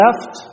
left